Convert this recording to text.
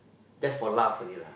just for laugh only lah